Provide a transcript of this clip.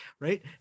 right